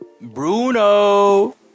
Bruno